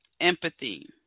Empathy